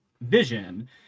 vision